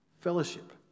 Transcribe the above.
fellowship